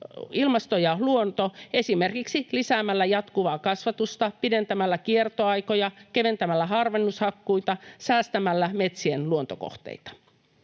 ilmasto ja luonto esimerkiksi lisäämällä jatkuvaa kasvatusta, pidentämällä kiertoaikoja, keventämällä harvennushakkuita, säästämällä metsien luontokohteita.